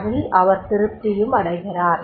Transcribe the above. அதில் அவர் திருப்தியும் அடைகிறார்